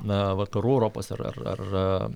na vakarų europos ar ar ar